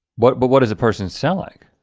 what but what does the person sound like?